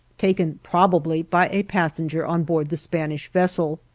taken probably by a passenger on board the spanish vessel.